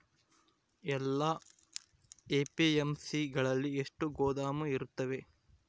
ಎಲ್ಲಾ ಎ.ಪಿ.ಎಮ್.ಸಿ ಗಳಲ್ಲಿ ಎಷ್ಟು ಗೋದಾಮು ಇರುತ್ತವೆ?